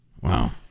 Wow